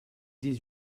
des